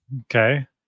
okay